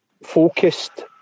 Focused